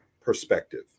perspective